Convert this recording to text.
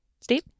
Steve